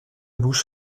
bouche